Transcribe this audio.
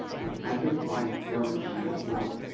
the petted wife knows she is loved,